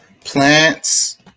plants